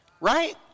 right